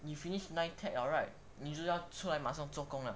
你 finished NITEC liao right 你就要出来马上做工了